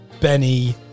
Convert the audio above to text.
benny